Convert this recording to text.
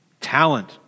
talent